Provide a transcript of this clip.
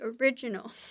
original